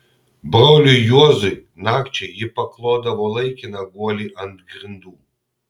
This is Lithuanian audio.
broliui juozui nakčiai ji paklodavo laikiną guolį ant grindų